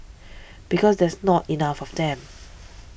because there's not enough of them